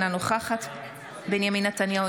אינה נוכחת בנימין נתניהו,